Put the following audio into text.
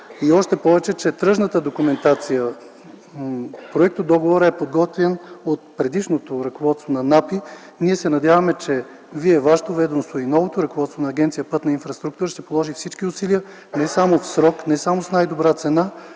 Още повече тръжната документация от проектодоговора е подготвена от предишното ръководство - на НАПИ. Ние се надяваме, че Вие, вашето ведомство и новото ръководство на Агенция „Пътна инфраструктура” ще положите всички усилия не само в срок, не само с най-добра цена,